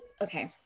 okay